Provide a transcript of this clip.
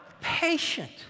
patient